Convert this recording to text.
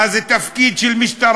מה זה תפקיד של משטרה,